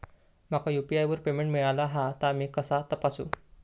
माका यू.पी.आय वर पेमेंट मिळाला हा ता मी कसा तपासू?